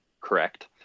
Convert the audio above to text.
correct